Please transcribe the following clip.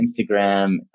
Instagram